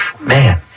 Man